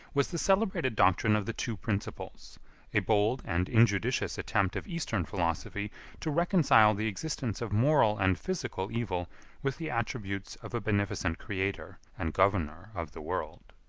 was the celebrated doctrine of the two principles a bold and injudicious attempt of eastern philosophy to reconcile the existence of moral and physical evil with the attributes of a beneficent creator and governor of the world.